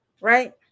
right